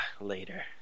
later